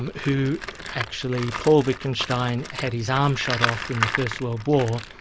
who actually. paul wittgenstein had his arm shot off in the first world war,